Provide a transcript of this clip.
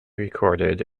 recorded